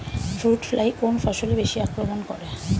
Fruit fly কোন ফসলে বেশি আক্রমন করে?